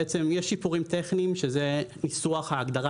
יש שיפורים טכניים שזה ניסוח ההגדרה